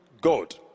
God